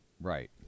Right